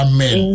Amen